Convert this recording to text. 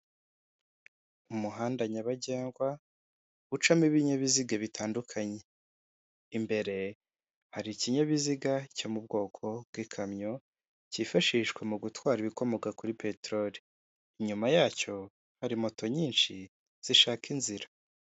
Umuhanda nyabagendwa ucamo ibinyabiziga bitandukanye imbere hari ikinyabiziga cyo mu bwoko bw'ikamyo cyifashishwa mu gutwara ibikomoka kuri peteroli, inyuma yacyo hari moto nyinshi zishaka inzira.